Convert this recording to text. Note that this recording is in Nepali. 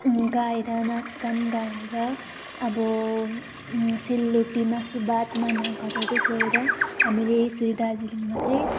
गाएर नाचगान गाएर अब सेलरोटी मासु भात मामाघरहरू गएर हामीले यसरी दार्जिलिङमा चाहिँ